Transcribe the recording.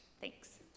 Thanks